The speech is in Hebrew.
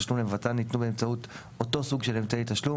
התשלום לבצען ניתנו באמצעות אותו סוג של אמצעי תשלום,